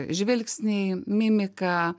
žvilgsniai mimika